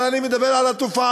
אבל אני מדבר על התופעה,